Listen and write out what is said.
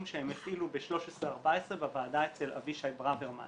שהם הפעילו ב-2014-2013 בוועדה אצל אבישי ברוורמן